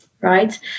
right